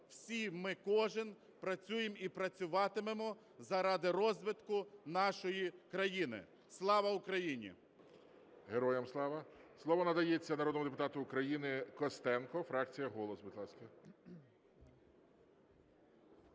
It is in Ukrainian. всі ми, кожен, працюємо і працюватимемо заради розвитку нашої країни. Слава Україні! ГОЛОВУЮЧИЙ. Героям слава! Слово надається народному депутату України Костенку, фракція "Голос".